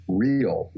real